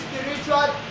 spiritual